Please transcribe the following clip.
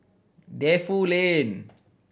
Defu Lane